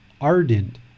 ardent